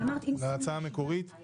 בנושא הראשון על